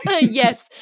Yes